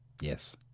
Yes